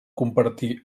compartir